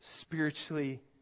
spiritually